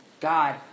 God